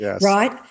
right